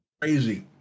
Crazy